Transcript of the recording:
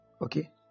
okay